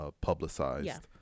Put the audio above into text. publicized